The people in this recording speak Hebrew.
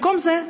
במקום זה,